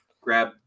grab